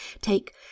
take